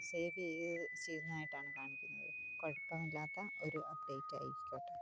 save ചെയ്തു ചെയ്യുന്നതായിട്ടാണ് കാണിക്കുന്നത് കുഴപ്പമൊന്നും ഇല്ലാത്ത ഒരു അപ്ഡേറ്റ് ആയിരിക്കട്ടെ